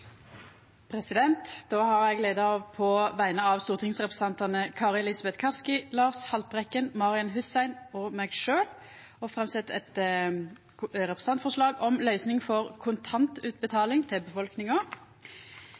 På vegne av stortingsrepresentantene Kari Elisabeth Kaski, Lars Haltbrekken, Marian Abdi Hussein og meg selv har jeg gleden av å framsette et representantforslag om løsning for kontantutbetaling til